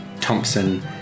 Thompson